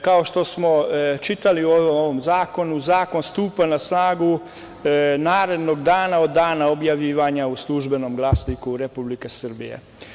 Kao što smo čitali u ovom zakonu, zakon stupa na snagu narednog dana od dana objavljivanja u „Službenom glasniku Republike Srbije“